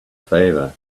favor